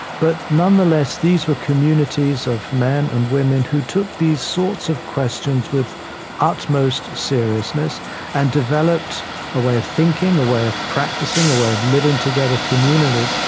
but nonetheless, these were communities of men and women who took these sorts of questions with utmost seriousness and developed a way of thinking, a way of practicing, a way of living together communally,